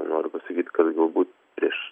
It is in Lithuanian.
noriu pasakyt kad galbūt prieš